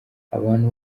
abantu